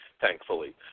thankfully